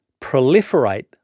proliferate